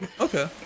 okay